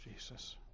Jesus